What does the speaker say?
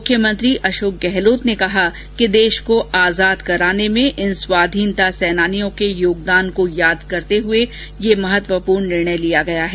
मुख्यमंत्री अशोक गहलोत ने कहा कि देश को आजाद कराने में इन स्वाधीनता सेनानियों के योगदान को याद करते हुए ये महत्वपूर्ण निर्णय लिया गया है